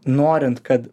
norint kad